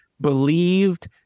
believed